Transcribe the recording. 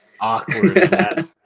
Awkward